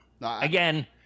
Again